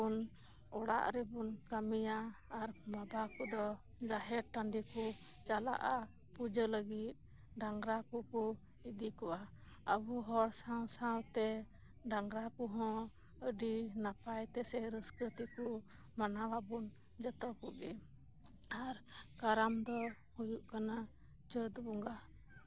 ᱵᱚᱱ ᱚᱲᱟᱜ ᱨᱮᱵᱚᱱ ᱠᱟᱹᱢᱤᱭᱟ ᱟᱨ ᱵᱟᱵᱟ ᱠᱚᱫᱚ ᱡᱟᱦᱮᱨ ᱴᱟᱸᱹᱰᱤ ᱠᱚ ᱪᱟᱞᱟᱜᱼᱟ ᱯᱩᱡᱟᱹ ᱞᱟᱹᱜᱤᱫ ᱰᱟᱝᱨᱟ ᱠᱚᱠᱚ ᱤᱫᱤ ᱠᱚᱣᱟ ᱟᱵᱚ ᱦᱚᱲ ᱥᱟᱶ ᱥᱟᱶᱛᱮ ᱰᱟᱝᱨᱟ ᱠᱚᱦᱚᱸ ᱟᱹᱰᱤ ᱱᱟᱯᱟᱭ ᱛᱮᱥᱮ ᱨᱟᱹᱥᱠᱟᱹ ᱛᱮᱠᱚ ᱢᱟᱱᱟᱣ ᱟᱵᱚᱱ ᱡᱷᱚᱛᱚ ᱠᱚᱜᱮ ᱟᱨ ᱠᱟᱨᱟᱢ ᱫᱚ ᱦᱳᱭᱳᱜ ᱠᱟᱱᱟ ᱪᱟᱹᱛ ᱵᱚᱸᱜᱟ